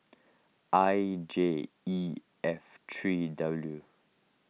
I J E F three W